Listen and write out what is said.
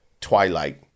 Twilight